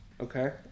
Okay